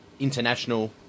International